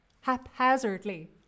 haphazardly